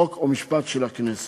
חוק ומשפט של הכנסת.